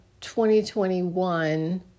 2021